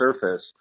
surface